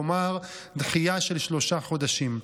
כלומר דחייה של שלושה חודשים,